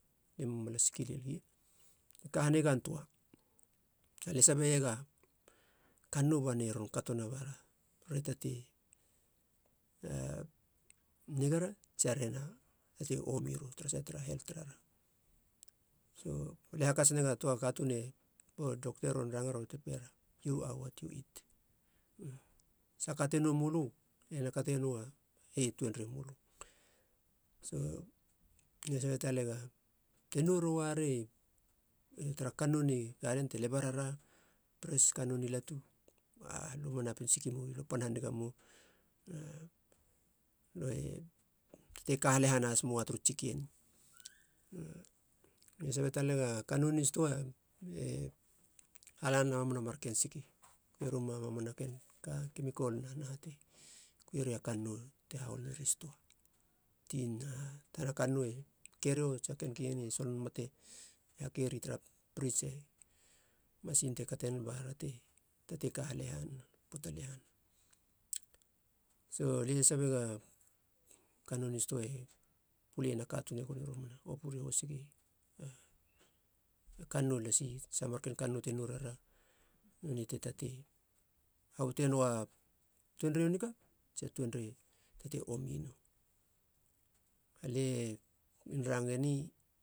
Lie mamala siki lel ii, lie ka hanigan töa na lie sabe iega kannou bane ron katona bara te tatei nigara tsi rena tatei omira tara sait tara helt tarara. So lie hakats nega töa katuun e bo, dokta ron rangar bate pera, "you are what you eat", sahaka te nou mölö ena kate noua he tuenrei mölö so, lie tara talagu. Te nou roara tara kannou ni gaden te lebarara pres kannou nai latu, alö ma napin siki moui, lue pan haniga mou na lö e tatei ka halehana has mou turu tsiktsiki eni, lie sabe talega kannou ni stoa e hala nena mamana marken siki, kue roma mamana ken kemikol na naha te kue ria kannou te hahol neri stoa tsia naha tana kannou e kerio, ken keni solon mate be hakeri tara prits ba masin te kate nen bate tatei ka haleha nana poata lehana. So lie sabega a kannou ni stoa e puliena katuun, e goni romana opuri hosiki. A kannou lasi, saha marken kannou te nou rara nonei te tatei habute nou a tuenrei u niga tsi tuenrei tatei ominou, alie man range ni.